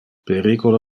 periculo